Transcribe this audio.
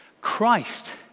Christ